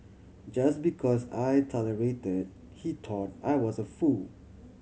just because I tolerated he thought I was a fool